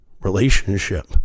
relationship